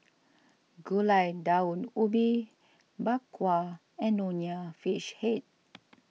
Gulai Daun Ubi Bak Kwa and Nonya Fish Head